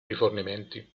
rifornimenti